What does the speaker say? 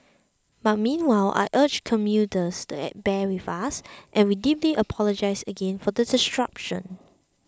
but meanwhile I urge commuters to bear with us and we deeply apologise again for the disruption